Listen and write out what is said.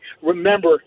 remember